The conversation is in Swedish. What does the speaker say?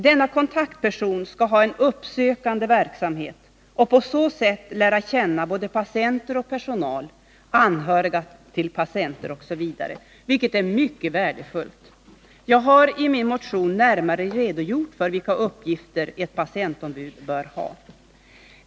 Denna kontaktperson skall ha en uppsökande verksamhet och på så sätt lära känna både patienter och personal, anhöriga till patienter osv., vilket är mycket värdefullt. Jag har i min motion närmare redogjort för vilka uppgifter ett patientombud bör ha.